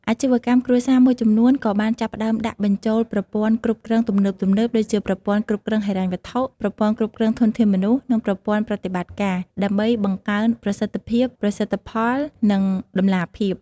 អាជីវកម្មគ្រួសារមួយចំនួនក៏បានចាប់ផ្តើមដាក់បញ្ចូលប្រព័ន្ធគ្រប់គ្រងទំនើបៗ ដូចជាប្រព័ន្ធគ្រប់គ្រងហិរញ្ញវត្ថុ ប្រព័ន្ធគ្រប់គ្រងធនធានមនុស្ស និងប្រព័ន្ធប្រតិបត្តិការ ដើម្បីបង្កើនប្រសិទ្ធភាព ប្រសិទ្ធផល និងតម្លាភាព។